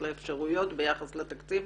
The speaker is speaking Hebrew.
לאפשרויות ולתקציב,